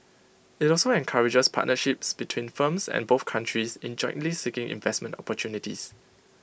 IT also encourages partnerships between firms and both countries in jointly seeking investment opportunities